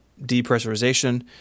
depressurization